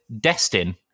Destin